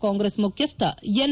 ಕಾಂಗ್ರೆಸ್ ಮುಖ್ಯಸ್ಹ ಎನ್